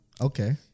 Okay